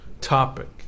topic